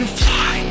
fly